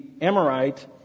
Amorite